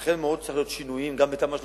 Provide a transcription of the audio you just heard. ייתכן מאוד שצריכים להיות שינויים גם בתמ"א 35,